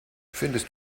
findest